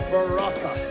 Baraka